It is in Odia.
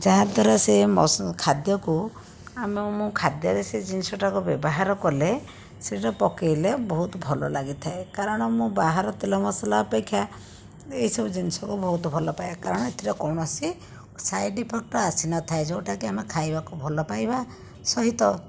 ଯାହାଦ୍ୱାରା ସେ ଖାଦ୍ୟକୁ ଆମ ମୁଁ ଖାଦ୍ୟରେ ସେ ଜିନିଷଟାକୁ ବ୍ୟବହାର କଲେ ସେଇଟା ପକାଇଲେ ବହୁତ ଭଲ ଲାଗି ଥାଏ କାରଣ ମୁଁ ବାହାର ତେଲ ମସଲା ଅପେକ୍ଷା ଏ ସବୁ ଜିନିଷକୁ ବହୁତ ଭଲ ପାଏ କାରଣ ଏଥିରେ କୌଣସି ସାଇଡ଼୍ ଇଫେକ୍ଟ ଆସିନଥାଏ ଯେଉଁଟାକି ଆମେ ଖାଇବାକୁ ଭଲ ପାଇବା ସହିତ